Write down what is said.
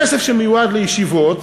כסף שמיועד לישיבות,